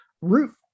root